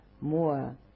more